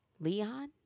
Leon